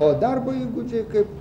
o darbo įgūdžiai kaip